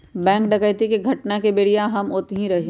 bank डकैती के घटना के बेरिया हम ओतही रही